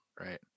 Right